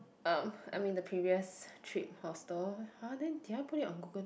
um I mean the previous trip hostel !huh! then did I put it on Google